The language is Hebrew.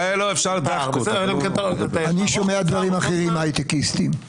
אני שומע מההיי-טקיסטים דברים אחרים.